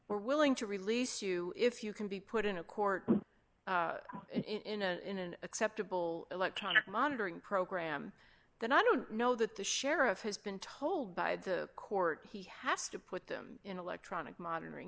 we're willing to release you if you can be put in a court in a in an acceptable electronic monitoring program then i don't know that the sheriff has been told by the court he has to put them in electronic monitoring